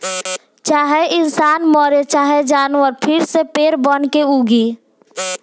चाहे इंसान मरे चाहे जानवर फिर से पेड़ बनके उगी